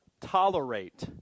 tolerate